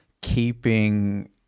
keeping